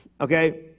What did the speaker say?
Okay